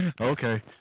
Okay